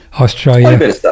Australia